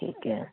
ਠੀਕ ਹੈ